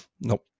Nope